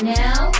now